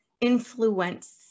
influence